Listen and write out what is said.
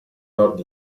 nord